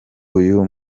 uyu